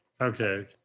okay